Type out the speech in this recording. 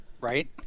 Right